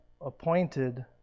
appointed